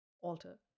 alter